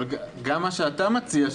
אבל גם מה שאתה מציע,